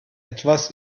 etwas